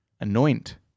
Anoint